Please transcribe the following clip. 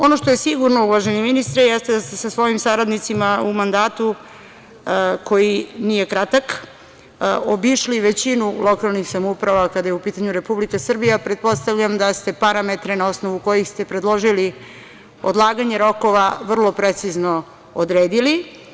Ono što je sigurno, uvaženi ministre, jeste da ste sa svojim saradnicima u mandatu koji nije kratak, obišli većinu lokalnih samouprava, kad je u pitanju Republika Srbija, pretpostavljam da ste parametre na osnovu kojih ste predložili odlaganje rokova, vrlo precizno odredili.